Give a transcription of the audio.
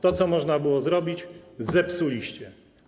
To, co można było zrobić, zepsuliście.